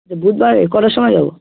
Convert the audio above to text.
আচ্ছা বুধবারে কটার সময় যাবো